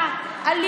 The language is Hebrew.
שמכילה את המתים.